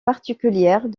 particulières